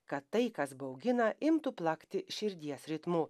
kad tai kas baugina imtų plakti širdies ritmu